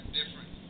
different